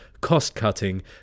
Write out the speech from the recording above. cost-cutting